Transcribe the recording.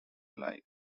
alive